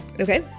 Okay